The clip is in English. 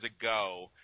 ago